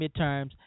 midterms